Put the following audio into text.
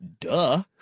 Duh